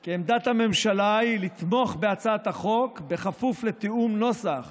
כי עמדת הממשלה היא לתמוך בהצעת החוק בכפוף לתיאום נוסח